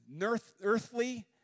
Earthly